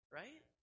right